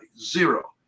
zero